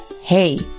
Hey